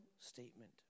statement